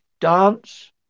dance